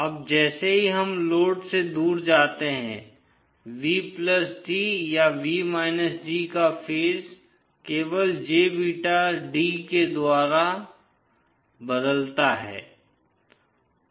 अब जैसे ही हम लोड से दूर जाते हैं V d या V d का फेज केवल jbeta d द्वारा बदलता है